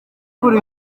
kuri